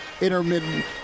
intermittent